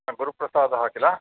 गुरुप्रसादः खिल